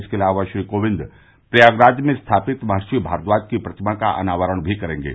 इसके अलावा श्री कोविंद प्रयागराज में स्थापित महर्षि भारद्वाज की प्रतिमा का अनावरण भी करेंगे